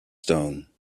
stone